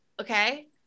Okay